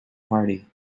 party